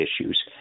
issues